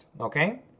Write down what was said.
okay